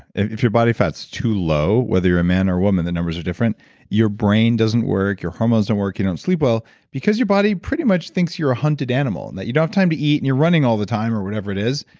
and if your body fat's too low, whether you're a man or a woman, the numbers are different your brain doesn't work. your hormones don't work. you don't sleep well because your body pretty much thinks you're a hunted animal and that you don't have time to eat and you're running all the time or whatever it is.